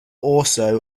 also